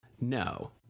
No